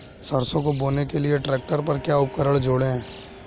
सरसों को बोने के लिये ट्रैक्टर पर क्या उपकरण जोड़ें?